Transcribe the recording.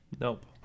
Nope